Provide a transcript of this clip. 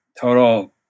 Total